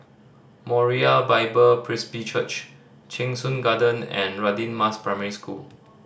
Moriah Bible Presby Church Cheng Soon Garden and Radin Mas Primary School